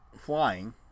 Flying